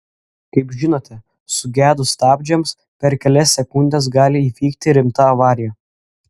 kaip žinote sugedus stabdžiams per kelias sekundes gali įvykti rimta avarija